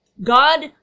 God